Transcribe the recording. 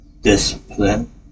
discipline